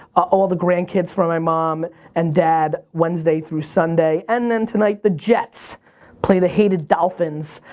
all of the grandkids for my mom and dad wednesday through sunday, and then tonight the jets play the hated dolphins.